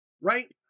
right